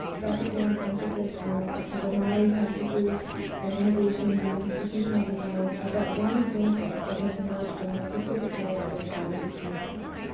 dr. graham's emphasis on kakapa maori practices and innovations and institutional design are but one example that has emerged from a specific land and sovereignty context.